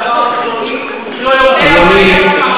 אולי,